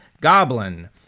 Goblin